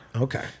okay